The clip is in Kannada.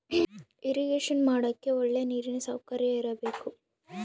ಇರಿಗೇಷನ ಮಾಡಕ್ಕೆ ಒಳ್ಳೆ ನೀರಿನ ಸೌಕರ್ಯ ಇರಬೇಕು